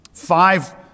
five